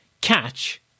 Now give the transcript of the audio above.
catch